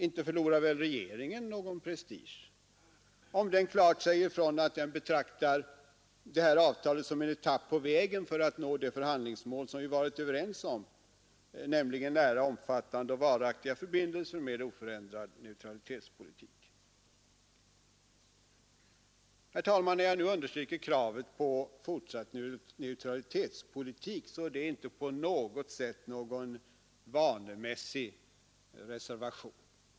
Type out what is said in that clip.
Inte förlorar regeringen någon prestige, om den klart säger ifrån att den betraktar det här avtalet som en etapp på vägen för att nå det förhandlingsmål som vi varit överens om, nämligen nära, omfattande och varaktiga förbindelser med oförändrad neutralitetspolitik. Herr talman! När jag nu understryker kravet på fortsatt neutralitets Politik är det inte på något sätt någon vanemässig reservation.